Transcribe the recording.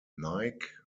nike